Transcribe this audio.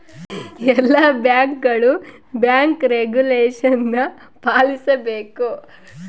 ಎಲ್ಲ ಬ್ಯಾಂಕ್ಗಳು bank regulation ಪಾಲಿಸಬೇಕು